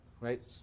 right